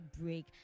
break